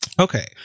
Okay